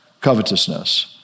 covetousness